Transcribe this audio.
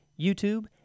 YouTube